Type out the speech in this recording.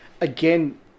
again